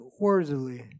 worthily